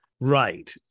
Right